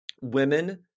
women